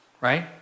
right